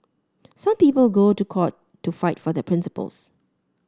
some people go to court to fight for their principles